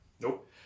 Nope